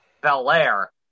Belair